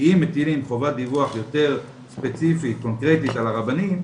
שאם מטילים חובת דיווח יותר ספציפית קונקרטית על הרבנים,